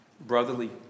brotherly